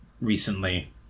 recently